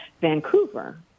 Vancouver